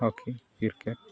hockey cricket